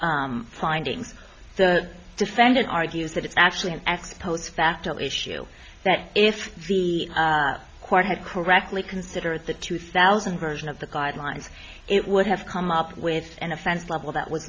s findings the defendant argues that it's actually an ex post facto issue that if the court had correctly considered the two thousand version of the guidelines it would have come up with an offense level that was